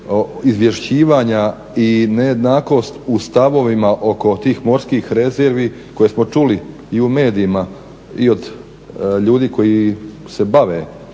izvješćivanja i nejednakost u stavovima oko tih morskih rezervi koje smo čuli i u medijima i od ljudi koji se bave